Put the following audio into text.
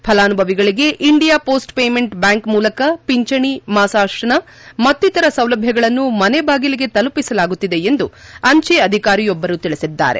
ಫಲಾನುಭವಿಗಳಿಗೆ India Post Payments Bank ಮೂಲಕ ಪಿಂಚಣಿ ಮಾಸಾಶನ ಮತ್ತಿತರ ಸೌಲಭ್ಯಗಳನ್ನು ಮನೆ ಬಾಗಿಲಿಗೆ ತಲುಪಿಸಲಾಗುತ್ತಿದೆ ಎಂದು ಅಂಚೆ ಅಧಿಕಾರಿಯೊಬ್ಬರು ತಿಳಿಸಿದ್ದಾರೆ